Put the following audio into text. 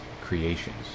creations